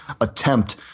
attempt